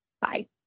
bye